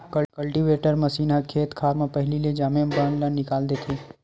cultivator machine ह खेत खार म पहिली ले जामे बन ल निकाल देथे